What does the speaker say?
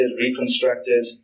reconstructed